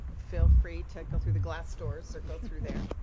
feel free to go through the glass doors or go through there.